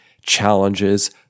challenges